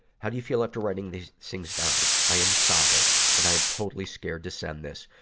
how do you feel after writing these things down? i am sobbing, and i am totally scared to send this,